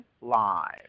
live